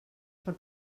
per